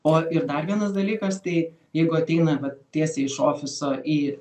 o ir dar vienas dalykas tai jeigu ateina vat tiesiai iš ofiso į